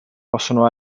possono